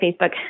Facebook